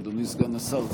אדוני סגן השר,